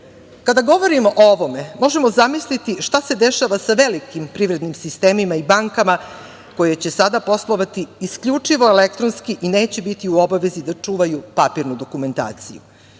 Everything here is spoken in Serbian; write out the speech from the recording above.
govorimo o ovome, možemo zamisliti šta se dešava sa velikim privrednim sistemima i bankama, koje će sada poslovati isključivo elektronski, i neće biti u obavezi da čuvaju papirnu dokumentaciju.